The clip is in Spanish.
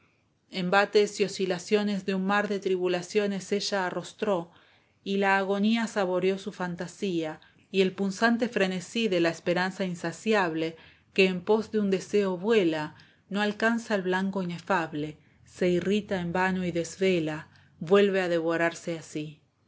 embates y oscilaciones de un mar de tribulaciones ella arrostró y la agonía saboreó su fantasía y el punzante frenesí de la esperanza insaciable que en pos de un deseo vuela no alcanza el blanco inefable se irrita en vano y desvela vuelve a devorarse a sí